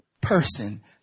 person